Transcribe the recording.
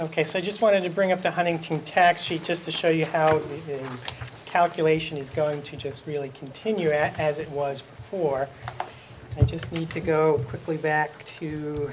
ok so i just wanted to bring up the huntington tax cheat just to show you how the calculation is going to just really continue as it was before i just need to go quickly back to